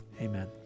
Amen